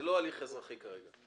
זה לא הליך אזרחי כרגע.